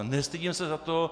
Nestydím se za to.